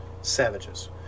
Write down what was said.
savages